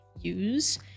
use